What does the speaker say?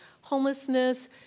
homelessness